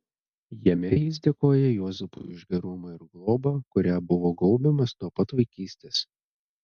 jame jis dėkoja juozapui už gerumą ir globą kuria buvo gaubiamas nuo pat vaikystės